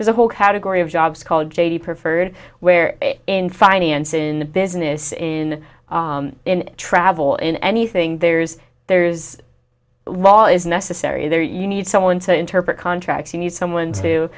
there's a whole category of jobs called j d preferred where in finance in business in travel in anything there's there's law is necessary there you need someone to interpret contracts you need someone to